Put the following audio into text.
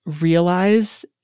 realize